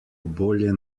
bolje